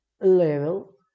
level